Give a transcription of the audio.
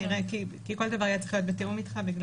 נראה כי כל דבר צריך להיות בתיאום איתך.